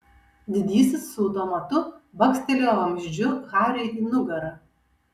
didysis su automatu bakstelėjo vamzdžiu hariui į nugarą